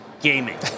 gaming